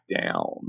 down